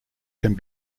can